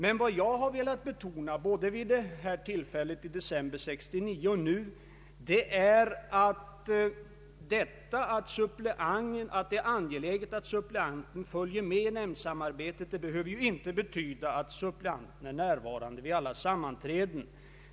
Men vad jag har velat betona, både vid frågestunden i december 1969 och nu, är att det förhållandet att det är angeläget att suppleanten följer med nämndsamarbetet inte behöver betyda att suppleanten är närvarande vid alla sammanträden.